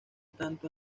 tanto